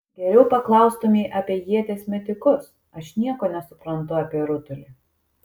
geriau paklaustumei apie ieties metikus aš nieko nesuprantu apie rutulį